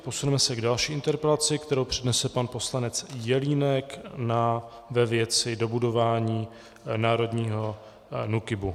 Posuneme se k další interpelaci, kterou přednese pan poslanec Jelínek ve věci dobudování národního NÚKIBu.